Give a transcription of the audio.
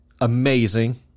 amazing